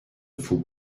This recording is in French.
faut